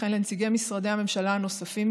וכן לנציגי משרדי הממשלה הנוספים,